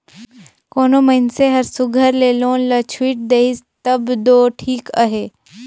कोनो मइनसे हर सुग्घर ले लोन ल छुइट देहिस तब दो ठीक अहे